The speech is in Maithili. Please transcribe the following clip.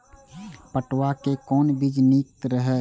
पटुआ के कोन बीज निक रहैत?